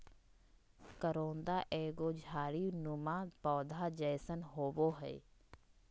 करोंदा एगो झाड़ी नुमा पौधा जैसन होबो हइ